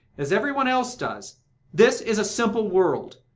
as every one else does this is a simple world.